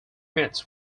meets